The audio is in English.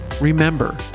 Remember